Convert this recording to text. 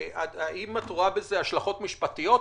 האם את רואה בזה השלכות משפטיות,